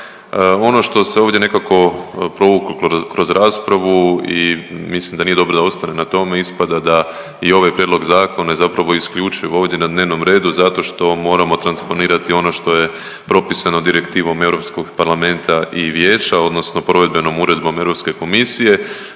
Ono što se ovdje nekako provuklo kroz raspravu i mislim da nije dobro da ostane na tome ispada da i ovaj prijedlog zakona je zapravo isključivo ovdje na dnevnom redu zato što moramo transponirati ono što je propisano direktivom Europskog parlamenta i vijeća odnosno provedbenom uredbom Europske komisije.